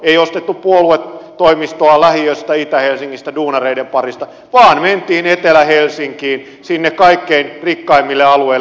ei ostettu puoluetoimistoa lähiöstä itä helsingistä duunareiden parista vaan mentiin etelä helsinkiin sinne kaikkein rikkaimmille alueille